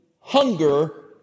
hunger